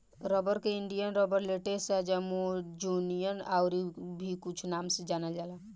rubber के Indian rubber, latex आ Amazonian आउर भी कुछ नाम से जानल जाला